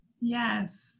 Yes